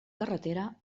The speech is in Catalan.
carretera